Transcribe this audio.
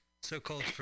So-called